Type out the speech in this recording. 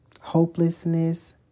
Hopelessness